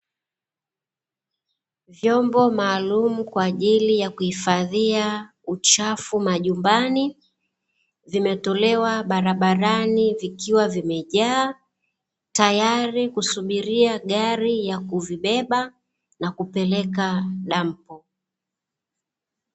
Vyombo maalumu kwa aili ya kuhifadhia uchafu majumbani vimetolewa barabarani vikiwa vimejaa tayari, kusubiria gari ya kuvibeba na kupeleka dampo.